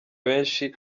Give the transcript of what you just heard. benshi